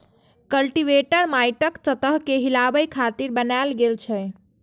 cultivator माटिक सतह कें हिलाबै खातिर बनाएल गेल छै